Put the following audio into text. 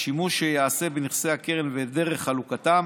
השימוש שייעשה בנכסי הקרן ודרך חלוקתם.